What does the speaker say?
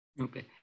Okay